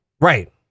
Right